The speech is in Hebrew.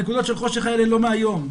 נקודות של חושך האלה לא מהיום.